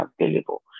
available